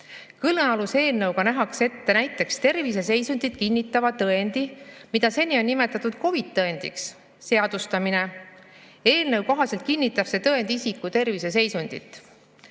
eelnõuga nähakse ette terviseseisundit kinnitav tõend, mida seni on nimetatud COVID‑i tõendiks, seadustada. Eelnõu kohaselt kinnitab see tõend isiku terviseseisundit.